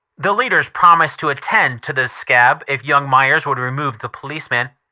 the leaders promised to attend to the scab if young myers would remove the policeman.